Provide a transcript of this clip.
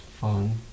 fun